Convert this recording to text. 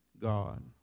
God